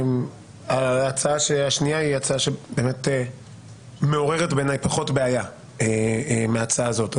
ההצעה השנייה מעוררת בעיניי פחות בעיה מההצעה הזאת.